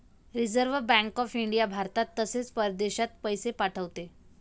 reserve Bank of India भारतात तसेच परदेशात पैसे पाठवते